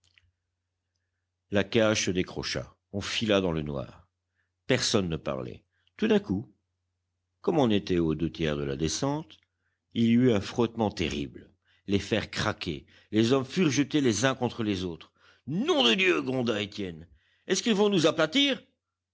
la cage se décrocha on fila dans le noir personne ne parlait tout d'un coup comme on était aux deux tiers de la descente il y eut un frottement terrible les fers craquaient les hommes furent jetés les uns contre les autres nom de dieu gronda étienne est-ce qu'ils vont nous aplatir